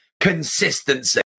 consistency